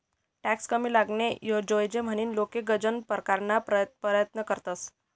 tax कमी लागाले जोयजे म्हनीन लोके गनज परकारना परयत्न करतंस